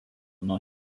nuo